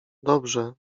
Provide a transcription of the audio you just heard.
dobrze